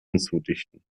hinzudichten